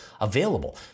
available